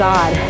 God